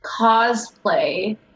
cosplay